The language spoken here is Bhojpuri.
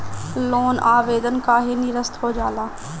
लोन आवेदन काहे नीरस्त हो जाला?